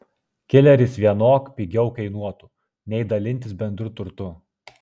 kileris vienok pigiau kainuotų nei dalintis bendru turtu